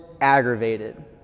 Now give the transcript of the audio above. aggravated